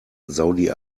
saudi